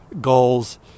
goals